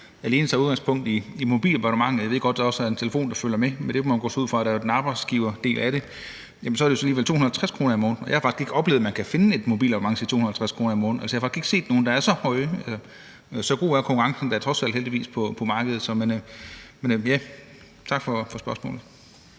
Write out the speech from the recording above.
alene tager udgangspunkt i mobilabonnementet – jeg ved godt, at der også er en telefon, der følger med, men det må man gå ud fra er arbejdsgiverdelen af det – så er det jo alligevel 250 kr. om måneden, og jeg har faktisk ikke oplevet, at man kan finde et mobilabonnement til 250 kr. om måneden. Jeg har faktisk ikke set nogen, der er så høje – så god er konkurrencen da trods alt på markedet. Tak for spørgsmålet.